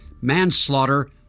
manslaughter